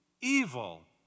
evil